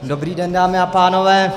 Dobrý den, dámy a pánové.